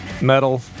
metal